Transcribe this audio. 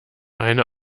eine